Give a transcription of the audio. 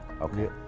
Okay